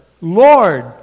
Lord